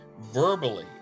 verbally